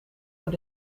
door